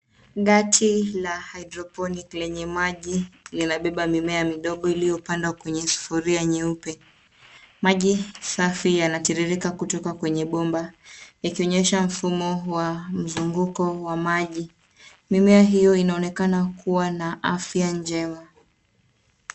Kati la hydroponic lenye maji linabeba mimea midogo iliopandwa kwenye sufuria nyeupe, Maji safi yanatiririka kutoka kwenye pomba yakionyesha mfumo wa mzunguko wa maji, mimea hiyo inaonekana kuwa na afya njema.